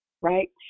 right